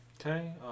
Okay